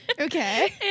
Okay